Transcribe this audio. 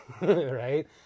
Right